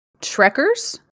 Trekkers